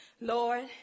Lord